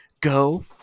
Go